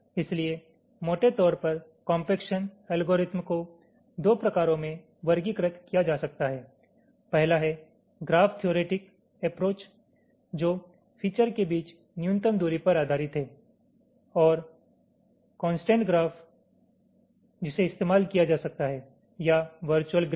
इसलिए मोटे तौर पर कोम्पकशन एल्गोरिदम को दो प्रकारों में वर्गीकृत किया जा सकता है पहला है ग्राफ थ्योरेटिक अप्रोच जो फिचर के बीच न्यूनतम दूरी पर आधारित है और कोंसट्रेंट ग्राफ जिसे इस्तेमाल किया जा सकता है या वर्चुअल ग्रिड